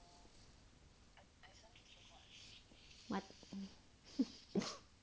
what if